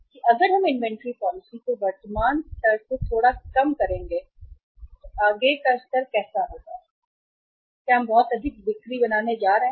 कि अगर हम इन्वेंट्री पॉलिसी को वर्तमान स्तर से थोड़ा कम कहेंगे तो आगे कैसे स्तर होगा बहुत अधिक बिक्री हम बनाने जा रहे हैं